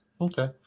okay